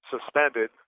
suspended